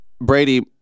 Brady